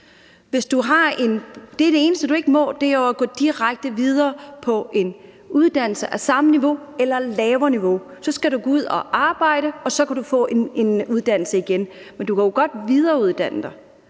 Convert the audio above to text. Det eneste, du ikke må, er at gå direkte videre på en uddannelse på samme niveau eller et lavere niveau. Så skal du ud at arbejde, og så kan du få en uddannelse igen. Men du kan jo godt videreuddanne dig.